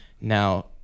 Now